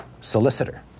solicitor